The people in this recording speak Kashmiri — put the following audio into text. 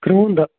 کرٛہُن دَ